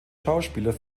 schauspieler